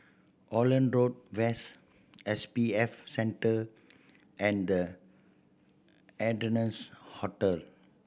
Holland Road West S B F Center and The Ardennes Hotel